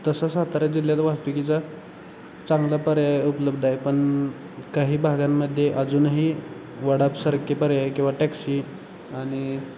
तसं सातारा जिल्ह्यात वाहतुकीचा चांगला पर्याय उपलब्ध आहे पण काही भागांमध्ये अजूनही वडापसारखे पर्याय किंवा टॅक्सी आणि